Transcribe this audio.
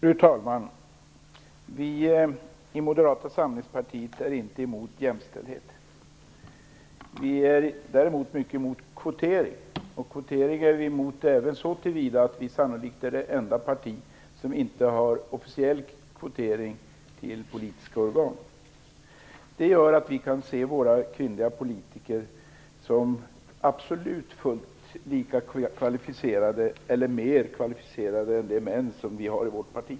Fru talman! Vi i Moderata samlingspartiet är inte emot jämställdhet. Vi är däremot mycket emot kvotering, och kvotering är vi emot även så till vida att vi sannolikt är det enda parti som inte har officiell kvotering till politiska organ. Det gör att vi kan se våra kvinnliga politiker som absolut lika kvalificerade som de män som vi har i vårt parti eller mer kvalificerade än de.